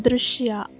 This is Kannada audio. ದೃಶ್ಯ